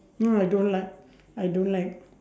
oh I don't like I don't like